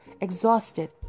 exhausted